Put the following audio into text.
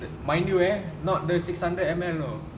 mind you eh not the six hundred M_L no